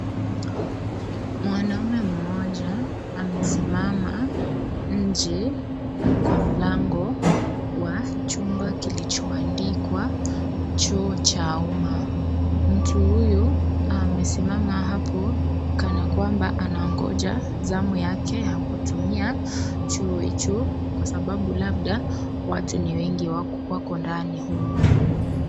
Mwanamune mmoja amesimama nje kwa mlango wa chumba kilichoandikwa chuo cha umma. Mtu huyu amesimama hapo kana kwamba anangoja zamu yake ya kutumia choo hicho kwa sababu labda watu ni wengi wako ndani humu.